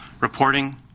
reporting